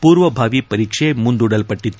ಪೂರ್ವಭಾವಿ ಪರೀಕ್ಷೆ ಮುಂದೂಡಲ್ಪಟ್ಟತ್ತು